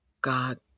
God